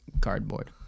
cardboard